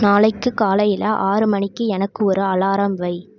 நாளைக்கு காலையில் ஆறு மணிக்கு எனக்கு ஒரு அலாரம் வை